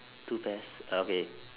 two pairs okay